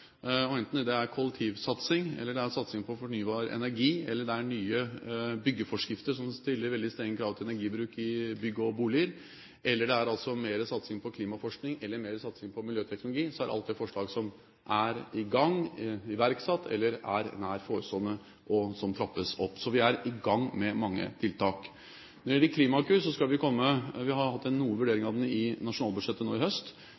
det er kollektivsatsing, satsing på fornybar energi, nye byggeforskrifter som stiller veldig strenge krav til energibruk i bygg/boliger, mer satsing på klimaforskning eller mer satsing på miljøteknologi, så er alt dette tiltak som er i gang, iverksatt eller er nær forestående, og som trappes opp. Så vi er i gang med mange tiltak. Når det gjelder Klimakur, har vi hatt noe vurdering av den i forbindelse med nasjonalbudsjettet til høsten. Vi vil komme med en grundigere vurdering av disse tiltakene i